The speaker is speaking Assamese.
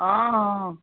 অঁ অঁ